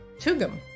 Tugum